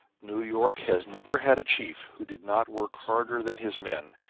new york has never had a chief who did not work harder than his men,